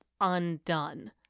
undone